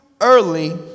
early